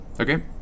Okay